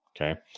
Okay